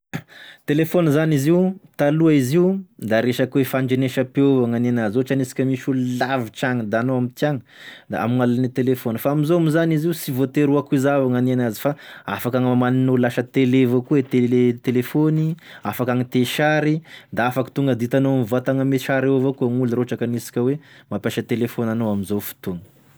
Telefôna zany izy io, taloha izy io da resaky oe fandrenesam-peo gn'ania anazy, ohatry aniatsika oe misy olo lavitry agny da anao amitiagny, da amign'alalane telefôny fa amizao moa zany izy io sy vôtery ho akô zà avao gn'ania anazy fa afaka gn'omaninao ho lasa tele avao koa, e tele- telefôny, afaka agniteo sary da afaka tonga da hitanao tonga de hitanao mivantagna am sary eo avao koa gn'olo raha ohatry ka aniasika oe mampiasa telefôny anao amizao fotoa.